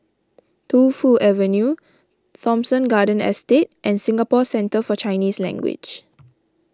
Tu Fu Avenue Thomson Garden Estate and Singapore Centre for Chinese Language